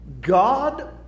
God